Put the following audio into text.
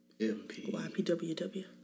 YPWW